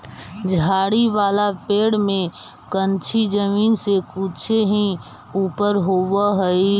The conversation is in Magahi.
झाड़ी वाला पेड़ में कंछी जमीन से कुछे ही ऊपर होवऽ हई